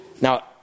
now